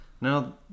Now